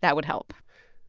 that would help